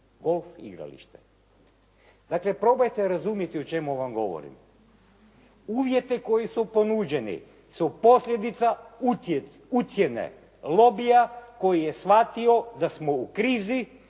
golf igralište. Dakle, probajte razumjeti o čemu vam govorim. Uvjete koji su ponuđeni su posljedica ucjene lobija koji je shvatio da smo u krizi,